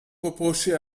reprocher